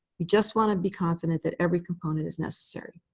you just want to be confident that every component is necessary.